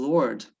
Lord